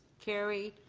carried.